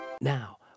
Now